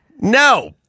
No